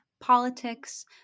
politics